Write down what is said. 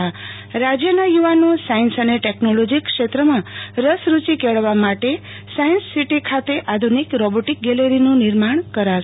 તેમજ રાજ્યના યુવાનો સાયંસ અને ટેકનોલોજી ક્ષેત્રમાં રસ રૂચી કેળવવા માટે સાયંસ સીટી ખાતે આધુનિક રોબોટિક ગેલેરીનું નિર્માણ કરાશે